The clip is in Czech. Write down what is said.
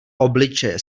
obličeje